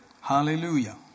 Hallelujah